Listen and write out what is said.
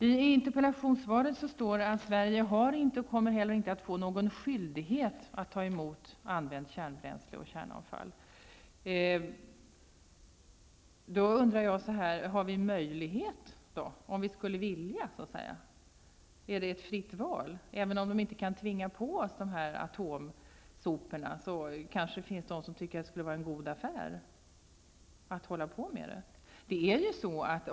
I interpellationssvaret står det att Sverige har inte och kommer inte heller att få någon skyldighet att ta emot använt kärnbränsle och kärnkraftsavfall. Har vi möjlighet, om vi skulle vilja, är det ett fritt val? Även om Sverige inte kan tvingas på dessa atomsopor, kanske det finns de som tycker att det skulle vara en god affär.